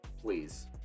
Please